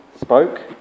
spoke